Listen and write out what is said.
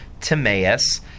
Timaeus